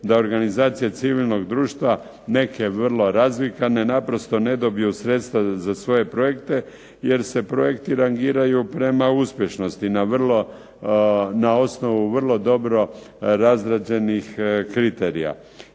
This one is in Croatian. da organizacija civilnog društva, neke vrlo razvikane naprosto ne dobiju sredstva za svoje projekte, jer se projekti rangiraju prema uspješnosti, na vrlo, na osnovu vrlo dobro razrađenih kriterija.